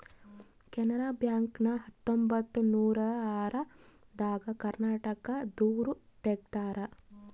Canara bank ನ ಹತ್ತೊಂಬತ್ತನೂರ ಆರ ದಾಗ ಕರ್ನಾಟಕ ದೂರು ತೆಗ್ದಾರ